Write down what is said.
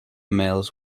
mails